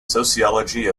sociology